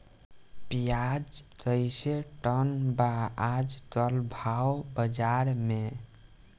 प्याज कइसे टन बा आज कल भाव बाज़ार मे?